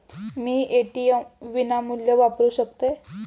मी ATM विनामूल्य वापरू शकतय?